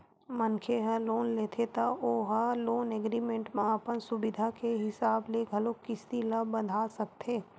मनखे ह लोन लेथे त ओ ह लोन एग्रीमेंट म अपन सुबिधा के हिसाब ले घलोक किस्ती ल बंधा सकथे